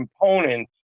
components